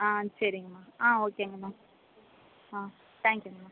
ஆ சரிங்கமமா ஆ ஓகேங்கம்மா ஆ தேங்க்யூ